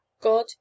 God